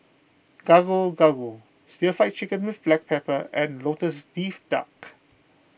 Gado Gado Stir Fried Chicken with Black Pepper and Lotus Leaf Duck